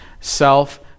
self